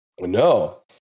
No